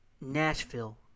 Nashville